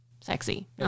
Sexy